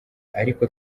ariko